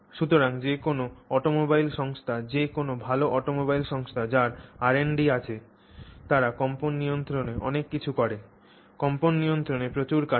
সুতরাং যে কোনও অটোমোবাইল সংস্থা যে কোনও ভাল অটোমোবাইল সংস্থা যার R and D আছে তারা কম্পন নিয়ন্ত্রণে অনেক কিছু করে কম্পন নিয়ন্ত্রণে প্রচুর কাজ করে